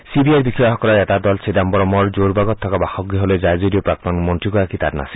C বি আইৰ বিষয়াসকলৰ এটা দল চিদাম্বৰমৰ দিল্লীৰ জোৰবাগত থকা বাসগৃহলৈ যায় যদিও প্ৰাক্তন মন্ত্ৰীগৰাকী তাত নাছিল